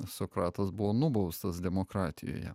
sokratas buvo nubaustas demokratijoje